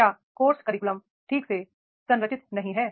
क्या course curriculum ठीक से संरचित नहीं है